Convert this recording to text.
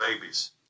Babies